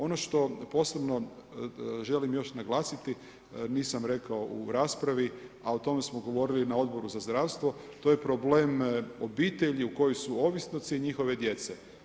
Ono što posebno želim još naglasiti, nisam rekao u raspravi, a o tome smo govorili na Odboru za zdravstvo, to je problem obitelji u kojoj su ovisnici njihove djece.